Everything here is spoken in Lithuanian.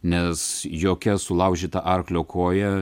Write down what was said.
nes jokia sulaužyta arklio koja